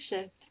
shift